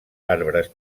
arbres